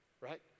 right